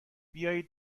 بیایید